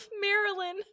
Marilyn